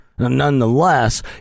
Nonetheless